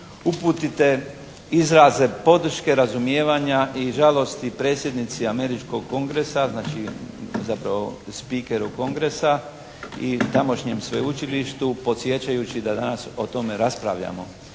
uputite izraze podrške, razumijevanja i žalosti predsjednici američkog Kongresa, znači zapravo spikeru Kongresa i tamošnjem sveučilištu podsjećajući da danas o tome raspravljamo.